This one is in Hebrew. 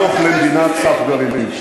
מאשר ניסיונה של איראן להפוך למדינת סף גרעינית.